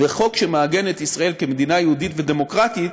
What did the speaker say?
וחוק שמעגן את ישראל כמדינה יהודית ודמוקרטית